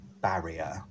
barrier